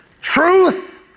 Truth